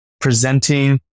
presenting